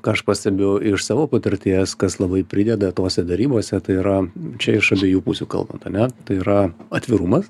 ką aš pastebiu iš savo patirties kas labai prideda tose derybose tai yra čia iš abiejų pusių kalbant ane tai yra atvirumas